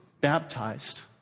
baptized